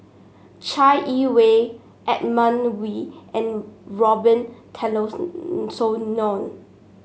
Chai Yee Wei Edmund Wee and Robin